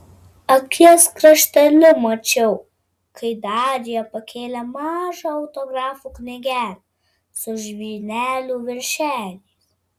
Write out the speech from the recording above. akies krašteliu mačiau kai darija pakėlė mažą autografų knygelę su žvynelių viršeliais